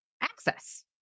access